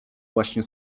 właśnie